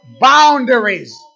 Boundaries